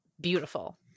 beautiful